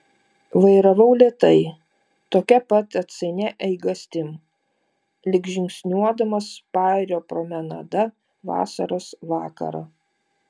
vairavau lėtai tokia pat atsainia eigastim lyg žingsniuodamas pajūrio promenada vasaros vakarą